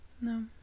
no